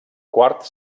quart